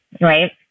right